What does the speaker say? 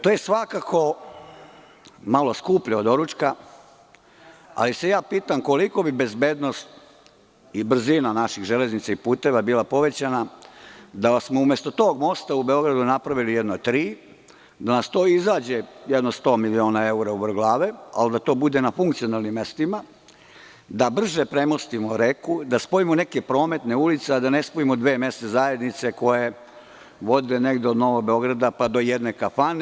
To je svakako malo skuplje od doručka, ali se ja pitam koliko bi bezbednost i brzina naših železnica i puteva bila povećana da smo umesto tog mosta u Beogradu napravili jedno tri, da nas to izađe jedno 100 miliona evra uvrh glave, ali da to bude na funkcionalnim mestima, da brže premostimo reku, da spojimo neke prometne ulice, a da ne spojimo dve mesne zajednice koje vode negde od Novog Beograda, pa do jedne kafane?